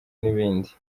n’ibindi